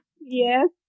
Yes